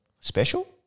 Special